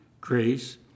grace